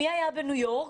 מי היה בניו יורק?